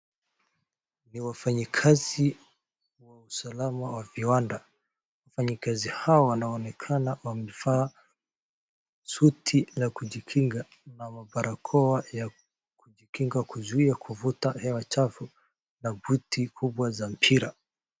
Ni wafanyakazi wa usalama wa viwanda, wafanyakazi hao wanaonekana wamevaa suti la kujikinga na mabarakoa ya kujikinga kuzuia kuvuta hewa chafu na buti kubwa za mpira.